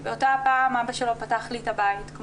באותה הפעם אבא שלו פתח לי את הדלת כמו